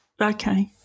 Okay